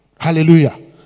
hallelujah